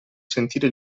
sentire